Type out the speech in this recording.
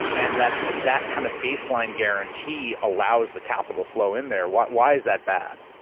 and that that kind of baseline guarantee allows the capital flow in there. why why is that bad?